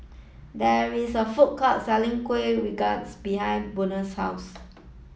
there is a food court selling Kuih Rengas behind Buena's house